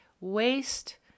waste